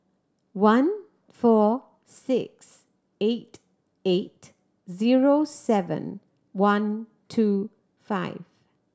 one four six eight eight zero seven one two five